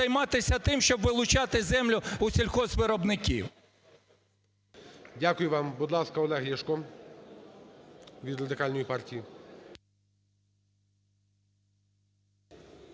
Дякую вам. Будь ласка, Олег Ляшко від Радикальної партії.